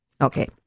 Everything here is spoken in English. Okay